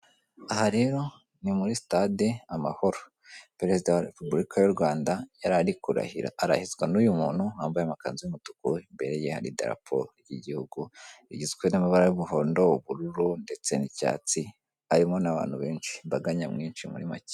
Aha rero ni muri stade amahoro perezida wa repubulika y'u Rwanda yari ari kurahira; arahizwa n'uyu muntu wambaye amakanzu y'umutuku. Imbere ye hari idaraporo ry'igihugu rigizwe n'amabara y'umuhondo, ubururu, ndetse n'icyatsi. Harimo n'abantu benshi, imbaga nyamwinshi muri macye.